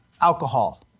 alcohol